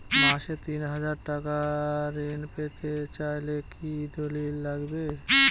মাসে তিন হাজার টাকা ঋণ পেতে চাইলে কি দলিল লাগবে?